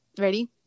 Ready